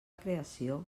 creació